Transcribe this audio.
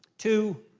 to